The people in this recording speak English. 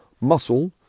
Muscle